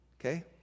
Okay